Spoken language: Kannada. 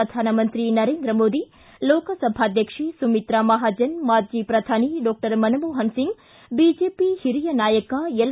ಪ್ರಧಾನಮಂತ್ರಿ ನರೇಂದ್ರ ಮೋದಿ ಲೋಕಸಭಾಧ್ಯಕ್ಷೆ ಸುಮಿತ್ತಾ ಮಹಾಜನ್ ಮಾಜಿ ಪ್ರಧಾನಿ ಡಾಕ್ಷರ್ ಮನಮೊಹನ್ ಸಿಂಗ್ ಬಿಜೆಪಿ ಹಿರಿಯ ನಾಯಕ ಎಲ್